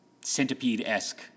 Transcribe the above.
Centipede-esque